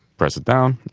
press it down,